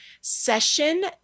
session